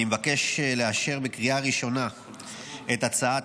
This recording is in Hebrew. אני מבקש לאשר בקריאה ראשונה את הצעת